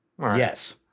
Yes